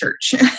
church